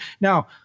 Now-